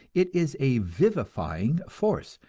it is a vivifying force,